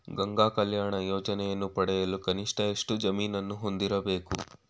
ಗಂಗಾ ಕಲ್ಯಾಣ ಯೋಜನೆಯನ್ನು ಪಡೆಯಲು ಕನಿಷ್ಠ ಎಷ್ಟು ಜಮೀನನ್ನು ಹೊಂದಿರಬೇಕು?